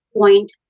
point